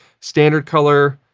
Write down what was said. standard color,